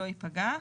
ייפגע.